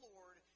Lord